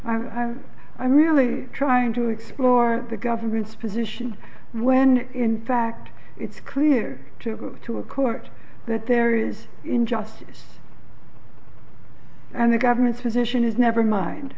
i'm i'm really trying to explore the government's position when in fact it's clear to go to a court that there is injustice and the government's position is never mind